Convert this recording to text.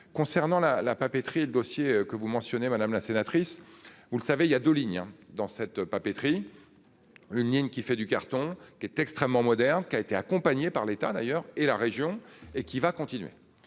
concernant la la papeterie dossier que vous mentionnez, madame la sénatrice, vous le savez, il y a deux lignes dans cette papeterie. Une ligne qui fait du carton qui est extrêmement moderne qui a été accompagné par l'état d'ailleurs et la région et qui va continuer.